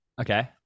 Okay